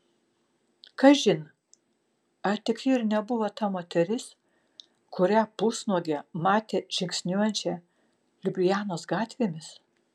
kažin ar tik ji ir nebuvo ta moteris kurią pusnuogę matė žingsniuojančią liublianos gatvėmis